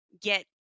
get